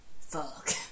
fuck